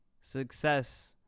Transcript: success